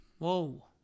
Whoa